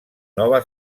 nova